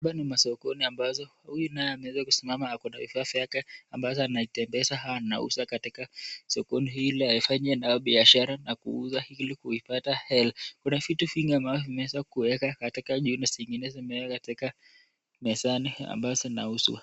Hapa ni masokoni ambazo huyu naye ameweza kusimama na bidhaa zake ambazo anaweza kutembeza au kuiuza katika sokoni Ili aifanye nayo biashara na kuuza Ili kuipata hela. Kuna vitu vingine ambayo ameweza kuweka kuweka katika juu na zingine ameweka mezani ambao zinauzwa.